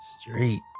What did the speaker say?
Street